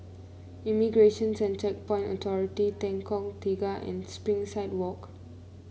Immigration and Checkpoints Authority Lengkok Tiga and Springside Walk